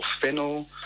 fennel